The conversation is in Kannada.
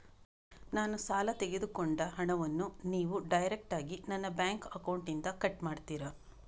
ನಾನು ಸಾಲ ತೆಗೆದುಕೊಂಡ ಹಣವನ್ನು ನೀವು ಡೈರೆಕ್ಟಾಗಿ ನನ್ನ ಬ್ಯಾಂಕ್ ಅಕೌಂಟ್ ಇಂದ ಕಟ್ ಮಾಡ್ತೀರಾ?